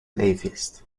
atheist